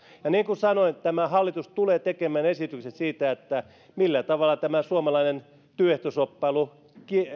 ja niin kuin sanoin tämä hallitus tulee tekemään esitykset siitä millä tavalla tämä suomalainen työehtoshoppailu